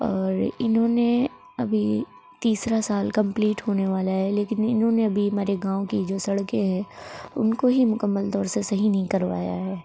اور انہوں نے ابھی تیسرا سال کمپلیٹ ہونے والا ہے لیکن انہوں نے ابھی ہماری گاؤں کی جو سڑکیں ہے ان کو ہی مکمل طور سے صحیح نہیں کروایا ہے